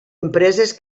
empreses